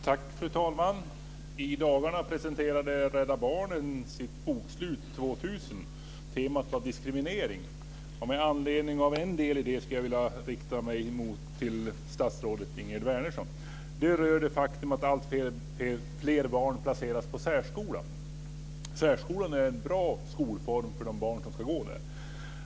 Tack, fru talman! I dagarna presenterade Rädda Barnen sitt bokslut 2000. Temat var diskriminering. Med anledning av en del av det skulle jag vilja rikta mig till statsrådet Ingegerd Wärnersson. Det rör det faktum att allt fler barn placeras på särskola. Särskolan är en bra skolform för de barn som ska gå där.